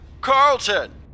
Carlton